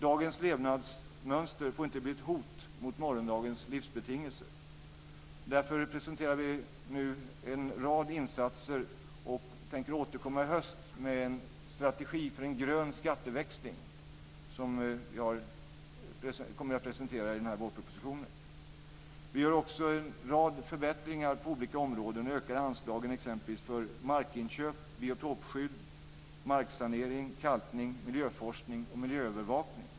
Dagens levnadsmönster får inte bli ett hot mot morgondagens livsbetingelser. Därför presenterar vi nu en rad insatser och tänker återkomma i höst med en strategi för en grön skatteväxling som jag kommer att presentera i denna vårproposition. Vi gör också en rad förbättringar på olika områden och ökar anslagen exempelvis för markinköp, biotopskydd, marksanering, kalkning, miljöforskning och miljöövervakning.